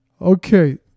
Okay